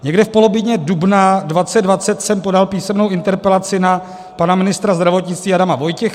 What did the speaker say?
Někdy v polovině dubna 2020 jsem podal písemnou interpelaci na pana ministra zdravotnictví Adama Vojtěcha.